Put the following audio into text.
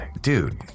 Dude